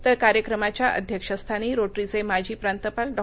तर कार्यक्रमाच्या अध्यक्षस्थानी रोटरीचे माजी प्रांतपाल डॉ